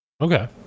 okay